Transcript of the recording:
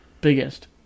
biggest